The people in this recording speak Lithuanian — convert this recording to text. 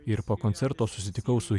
ir po koncerto susitikau su